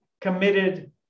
committed